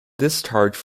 discharged